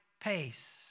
pace